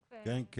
כן.